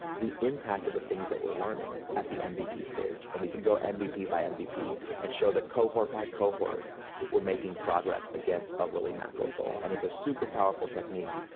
the impact of the things that we're learning at the mvp stage, and we can go and mvp by mvp and show that cohort by cohort we're making progress against a really macro goal, and it's a superpowerful technique,